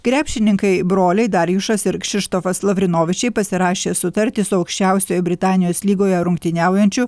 krepšininkai broliai darjušas ir kšištofas lavrinovičiai pasirašė sutartį su aukščiausiuoju britanijos lygoje rungtyniaujančiu